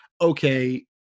okay